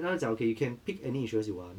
then 他是讲 okay you can pick any insurance you want